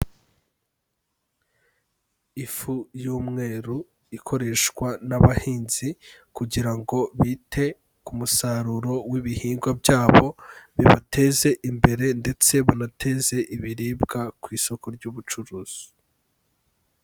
Ifu y'umweru ikoreshwa n'abahinzi kugira ngo bite ku musaruro w'ibihingwa byabo bibateze imbere ndetse bunateze ibiribwa ku isoko ry'ubucuruzi.